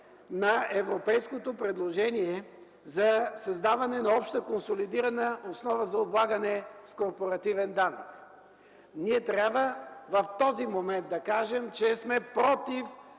на европейското предложение за създаване на обща консолидирана основа за облагане с корпоративен данък. Ние трябва в този момент да кажем, че сме против